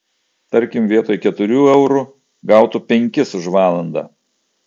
tarkim vietoj keturių eurų gautų penkis už valandą